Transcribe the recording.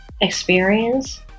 experience